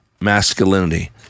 masculinity